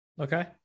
Okay